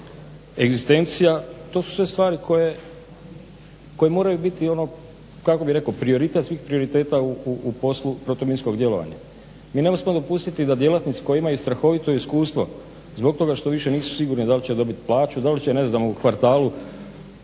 egzistencija to su sve stvari koje moraju biti, oko kako bih rekao, prioritet svih prioriteta u poslu protuminskog djelovanja. Mi ne smijemo dopustiti da djelatnici koji imaju strahovito iskustvo, zbog toga što više nisu sigurni da li će dobiti plaću, da li će ne znam u kvartalu